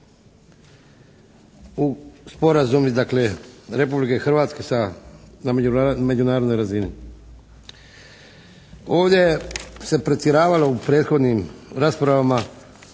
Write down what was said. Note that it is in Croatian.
u, sporazumi dakle Republike Hrvatske sa, na međunarodnoj razini. Ovdje se pretjeravalo u prethodnim raspravama